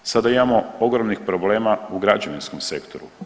Sada imamo ogromnih problema u građevinskom sektoru.